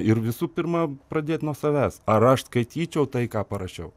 ir visų pirma pradėt nuo savęs ar aš skaityčiau tai ką parašiau